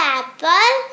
apple